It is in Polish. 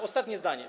Ostatnie zdanie.